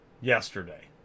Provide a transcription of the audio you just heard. yesterday